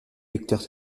vecteurs